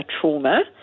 trauma